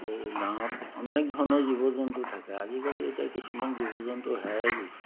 গাঁৱত অনেক ধৰণৰ জীৱ জন্তু থাকে আজিকালি এতিয়া কিছুমান জীৱ জন্তু হেৰাই গৈছে